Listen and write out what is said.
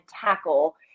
tackle